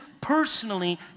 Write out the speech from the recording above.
personally